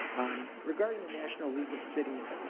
um, regarding the national league of cities.